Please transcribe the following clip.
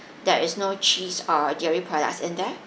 there is no cheese or dairy products in there